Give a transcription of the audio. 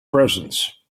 presence